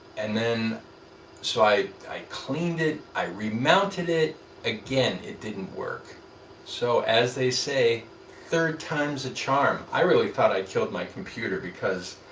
and then so i i cleaned it. i remounted it again it didn't work so as they say third time's a charm. i really thought i'd killed my computer because